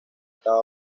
estaba